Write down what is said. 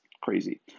crazy